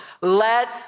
Let